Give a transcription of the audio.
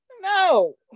No